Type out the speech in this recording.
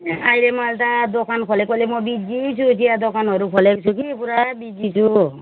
अहिले मैले त दोकान खोलेकोले म बिजी छु चिया दोकानहरू खोलेको छु कि पुरा बिजी छु